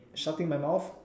shutting my mouth